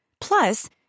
Plus